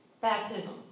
baptism